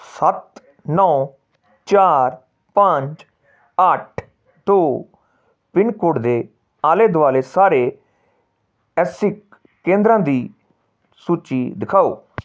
ਸੱਤ ਨੌ ਚਾਰ ਪੰਜ ਅੱਠ ਦੋ ਪਿੰਨਕੋਡ ਦੇ ਆਲੇ ਦੁਆਲੇ ਸਾਰੇ ਐਸਿਕ ਕੇਂਦਰਾਂ ਦੀ ਸੂਚੀ ਦਿਖਾਓ